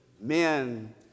men